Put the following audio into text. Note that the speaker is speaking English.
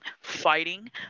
fighting